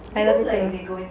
I love too